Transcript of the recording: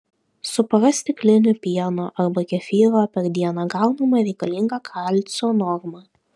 su pora stiklinių pieno arba kefyro per dieną gaunama reikalinga kalcio norma